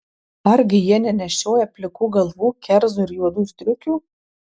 argi jie nenešioja plikų galvų kerzų ir juodų striukių